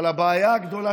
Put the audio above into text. הבעיה הגדולה